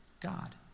God